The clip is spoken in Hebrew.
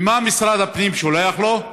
ומה משרד הפנים שולח לו?